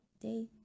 day